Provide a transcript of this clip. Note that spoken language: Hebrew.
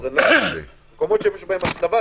כשיש הצלבה,